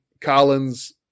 Collins